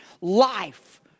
life